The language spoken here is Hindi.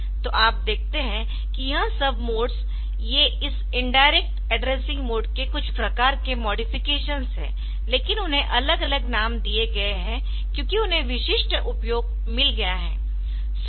तोआप देखते है कि यह सब मोड्स ये इस इनडायरेक्ट एड्रेसिंग मोड के कुछ प्रकार के मॉडिफिकेशन्स है लेकिन उन्हें अलग अलग नाम दिए गए है क्योंकि उन्हें विशिष्ट उपयोग मिल गया है